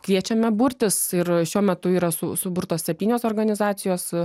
kviečiame burtis ir šiuo metu yra su suburtos septynios organizacijos